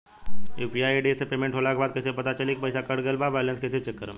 UPI ID से payment होला के बाद कइसे पता चली की पईसा कट गएल आ बैलेंस कइसे चेक करम?